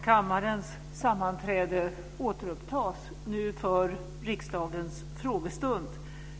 Kammarens sammanträde återupptas nu för riksdagens frågestund.